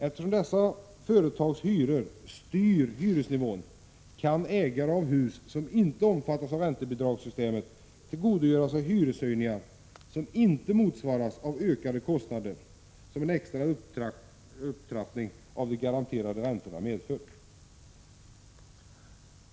Eftersom dessa företags hyror styr hyresnivån, kan ägare av hus som inte omfattas av räntebidragssystemet tillgodogöra sig hyreshöjningar, som inte motsvaras av de ökade kostnader en extra upptrappning av de garanterade räntorna medför.